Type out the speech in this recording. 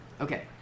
Okay